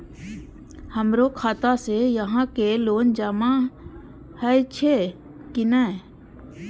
हमरो खाता से यहां के लोन जमा हे छे की ने?